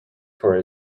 for